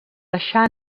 deixar